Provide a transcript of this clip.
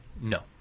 No